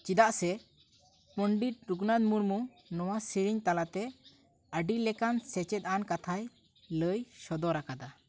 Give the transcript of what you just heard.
ᱪᱮᱫᱟᱜ ᱥᱮ ᱯᱚᱱᱰᱤᱛ ᱨᱚᱜᱷᱩᱱᱟᱛᱷ ᱢᱩᱨᱢᱩ ᱱᱚᱣᱟ ᱥᱮᱨᱮᱧ ᱛᱟᱞᱟᱛᱮ ᱟᱹᱰᱤ ᱞᱮᱠᱟᱱ ᱥᱮᱪᱮᱫ ᱟᱱ ᱠᱟᱛᱷᱟᱭ ᱞᱟᱹᱭ ᱥᱚᱫᱚᱨ ᱟᱠᱟᱫᱟ